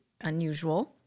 unusual